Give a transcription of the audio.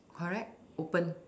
correct open